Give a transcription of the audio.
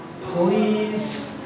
Please